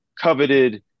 coveted